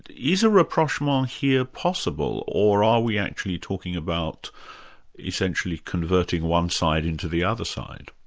is a rapprochement here possible, or are we actually talking about essentially converting one side into the other side?